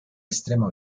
estremo